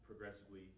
progressively